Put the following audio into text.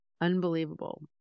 Unbelievable